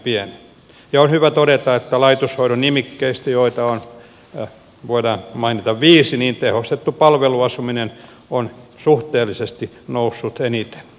ja on hyvä todeta että laitoshoidon nimikkeistä joita voidaan mainita viisi tehostettu palveluasuminen on suhteellisesti noussut eniten